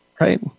Right